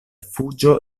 fuĝo